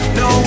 no